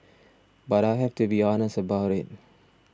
but I have to be honest about it